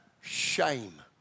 shame